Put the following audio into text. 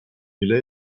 mille